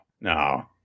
no